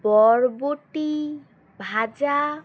বরবটি ভাজা